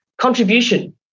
Contribution